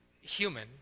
human